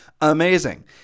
amazing